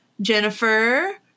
Jennifer